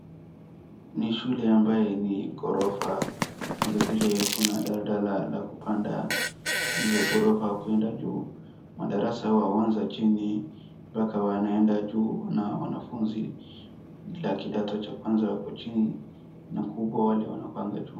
Ni shule ambaye ni ghorofa, vilevile kuna lada la kupanda, hizo ghorofa ukienda juu madarasa huanza chini mpaka wanaenda juu na wanafunzi wa kidato cha kwanza wako chini na kubwa wale wanapanda juu.